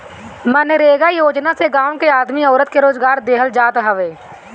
मनरेगा योजना से गांव के आदमी औरत के रोजगार देहल जात हवे